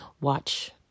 watch